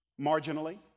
Marginally